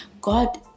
God